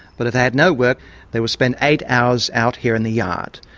but if they had no work they would spent eight hours out here in the yard.